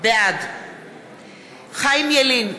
בעד חיים ילין,